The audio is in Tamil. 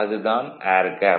அது தான் ஏர் கேப்